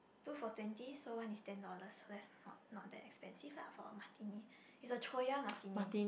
two for twenty so one is ten dollars so have not not that expensive lah for a martini it's a Choya martini